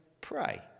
pray